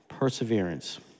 perseverance